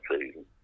season